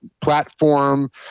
platform